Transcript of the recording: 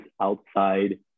outside